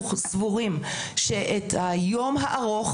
אנחנו סבורים שאת היום הארוך,